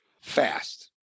fast